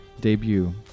debut